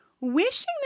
Wishing